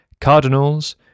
Cardinals